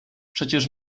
przecież